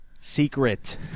secret